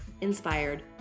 Inspired